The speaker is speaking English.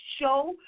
show